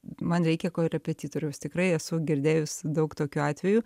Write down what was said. man reikia korepetitoriaus tikrai esu girdėjus daug tokių atvejų